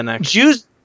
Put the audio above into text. Jews